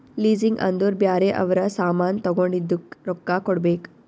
leasing ಅಂದುರ್ ಬ್ಯಾರೆ ಅವ್ರ ಸಾಮಾನ್ ತಗೊಂಡಿದ್ದುಕ್ ರೊಕ್ಕಾ ಕೊಡ್ಬೇಕ್